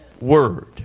word